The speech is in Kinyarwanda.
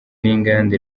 n’inganda